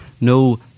no